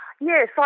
Yes